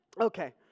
okay